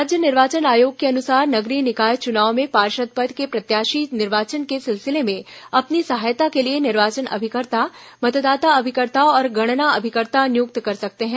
राज्य निर्वाचन आयोग के अनुसार नगरीय निकाय चुनाव में पार्षद पद के प्रत्याशी निर्वाचन के सिलसिले में अपनी सहायता के लिए निर्वाचन अभिकर्ता मतदाता अभिकर्ता और गणना अभिकर्ता नियुक्त कर सकते हैं